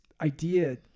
idea